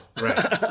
Right